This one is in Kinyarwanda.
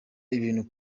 ibintu